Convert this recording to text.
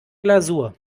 glasur